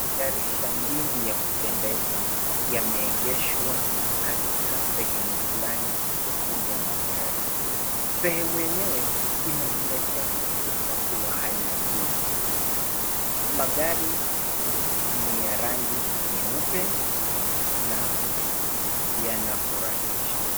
Gari shangingi ya kupendeza yameegeshwa katika sehemu fulani ya kuuza magari. Sehemu yenyewe imezingatia usafi wa hali ya juu. Magari ni ya rangi nyeupe na yanafurahisha.